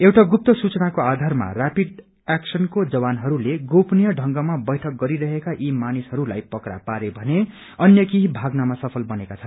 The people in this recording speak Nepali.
एउटा गुप्त सुचनाको आधारमा रैपिड एक्सनको जवानहस्ले गोपनिय ढंगमा बैठक गरिरहेका यी मानिसहस्लाई पका पारे भने अन्य केही भाग्नमा सफल बनेका छन्